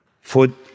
Food